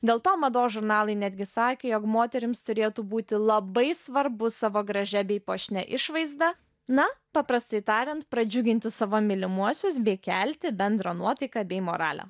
dėl to mados žurnalai netgi sakė jog moterims turėtų būti labai svarbu savo gražia bei puošnia išvaizda na paprastai tariant pradžiuginti savo mylimuosius bei kelti bendrą nuotaiką bei moralę